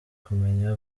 kumenya